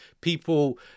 people